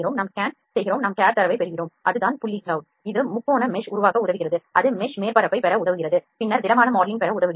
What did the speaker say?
நாம் ஸ்கேன் செய்கிறோம் நாம் CAD தரவைப் பெறுகிறோம் அது தான் புள்ளி cloud இது முக்கோண mesh உருவாக்க உதவுகிறது அது mesh மேற்பரப்பைப் பெற உதவுகிறது பின்னர் திடமான மாடலிங் பெற உதவுகிறது